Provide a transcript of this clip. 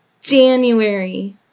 January